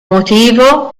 motivo